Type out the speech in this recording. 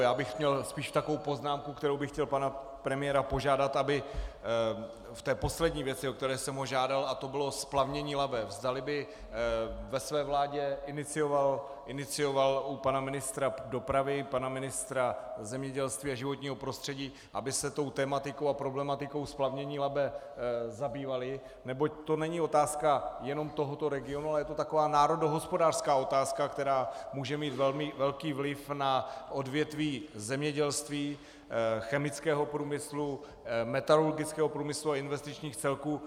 Já bych měl spíš takovou poznámku, kterou bych chtěl pana premiéra požádat, aby v poslední věci, o kterou jsem ho žádal, a to bylo splavnění Labe, zdali by ve své vládě inicioval u pana ministra dopravy, pana ministra zemědělství a životního prostředí, aby se tematikou a problematikou splavnění Labe zabývali, neboť to není otázka jenom tohoto regionu, ale je to taková národohospodářská otázka, která může mít velmi velký vliv na odvětví zemědělství, chemického průmyslu, metalurgického průmyslu a investičních celků.